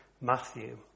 Matthew